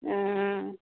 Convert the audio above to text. हँ